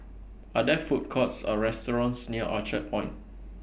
Are There Food Courts Or restaurants near Orchard Point